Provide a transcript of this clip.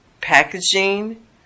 packaging